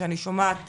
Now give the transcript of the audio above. הנושא הזה באמת